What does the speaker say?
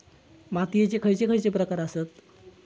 मातीयेचे खैचे खैचे प्रकार आसत?